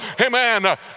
amen